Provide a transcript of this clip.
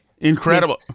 Incredible